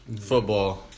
football